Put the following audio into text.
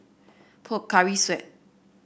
Pocari Sweat